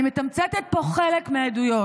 אני מתמצתת פה חלק מהעדויות.